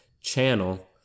channel